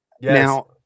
now